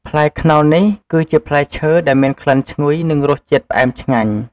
ផ្លែខ្នុរនេះ គឺជាផ្លែឈើដែលមានក្លិនឈ្ងុយ និងរសជាតិផ្អែមឆ្ងាញ់។